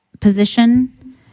position